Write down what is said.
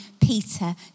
Peter